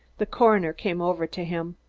the coroner came over to him.